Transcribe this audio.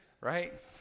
right